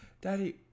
Daddy